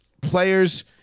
players